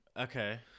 Okay